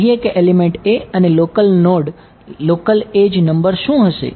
કહીએ કે element a અને local node local edge number શું હશે